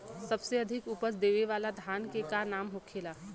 सबसे अधिक उपज देवे वाला धान के का नाम होखे ला?